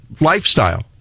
lifestyle